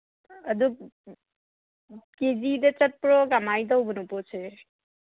ꯑꯗꯨ ꯀꯦ ꯖꯤꯗ ꯆꯠꯄ꯭ꯔꯣ ꯀꯃꯥꯏꯅ ꯇꯧꯕꯅꯣ ꯄꯣꯠꯁꯦ